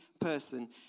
person